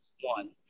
one